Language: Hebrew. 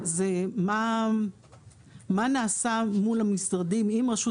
זה מה נעשה מול המשרדים עם רשות